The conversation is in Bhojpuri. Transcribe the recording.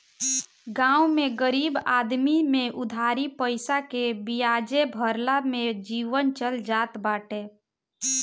गांव में गरीब आदमी में उधारी पईसा के बियाजे भरला में जीवन चल जात बाटे